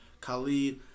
Khalid